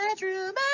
bedroom